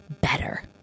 better